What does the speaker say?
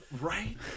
right